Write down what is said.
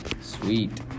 Sweet